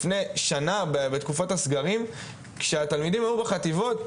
לפני שנה בתקופת הסגרים כשהתלמידים היו בחטיבות,